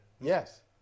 Yes